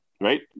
right